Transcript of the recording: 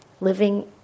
living